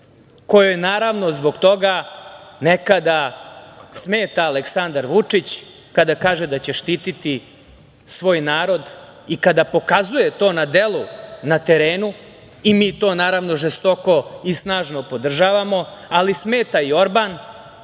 kojoj, naravno, zbog toga nekada smeta Aleksandar Vučić kada kaže da će štititi svoj narod i kada pokazuje to na delu, na terenu, i mi to, naravno, žestoko i snažno podržavamo. Ali, smeta im i Orban,